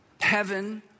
Heaven